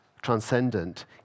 transcendent